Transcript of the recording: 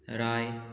राय